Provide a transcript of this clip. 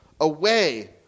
Away